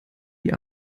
die